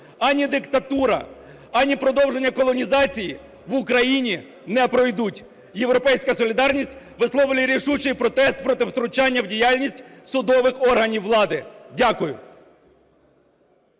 Ані диктатура, ані продовження колонізації в Україні не пройдуть. "Європейська солідарність" висловлює рішучий протест проти втручання в діяльність судових органів влади. Дякую.